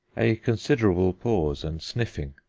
a considerable pause, and sniffing.